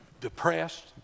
depressed